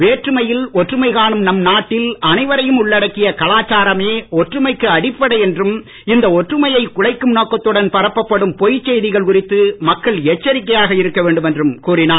வேற்றுமையில் ஒற்றுமை காணும் நம் நாட்டில் அனைவரையும் உள்ளடக்கிய கலாச்சாரமே ஒற்றுமைக்கு அடிப்படை என்றும் இந்த ஒற்றுமையை குலைக்கும் நோக்கத்துடன் பரப்ப படும் பொய்ச்செய்திகள் குறித்து மக்கள் எச்சரிக்கையாக இருக்க வேண்டும் என்றும் கூறினார்